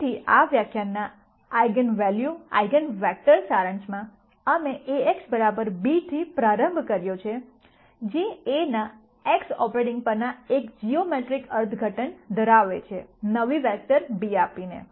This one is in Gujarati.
તેથી આ વ્યાખ્યાનના આઇગન વૅલ્યુઝ આઇગન વેક્ટર સારાંશમાં અમે A x b થી પ્રારંભ કર્યો જે A ના X ઓપરેટિંગ પરના એક જીઓમેટ્રીક અર્થઘટન ધરાવે છે નવી વેક્ટર b આપીને